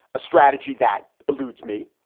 a strategy that eludes me.